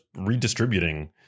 redistributing